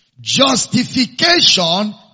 justification